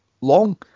long